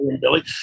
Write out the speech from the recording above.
Billy